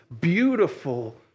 beautiful